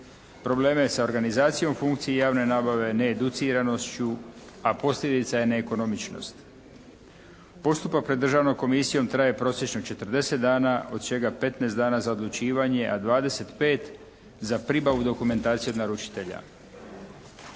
probleme sa organizacijom funkcije javne nabave, needuciranošću, a posljedica je neekonomičnosti. Postupak pred Državnom komisijom traje prosječno 40 dana, od čega 15 dana za odlučivanje, a 25 za pribavu dokumentacije od naručitelja.